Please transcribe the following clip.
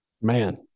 man